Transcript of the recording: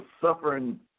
suffering